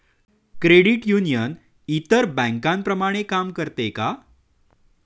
Credit union इतर बँकांप्रमाणे काम करते का?